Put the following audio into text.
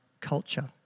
culture